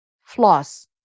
Floss